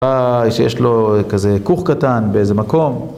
שיש לו כזה כוך קטן באיזה מקום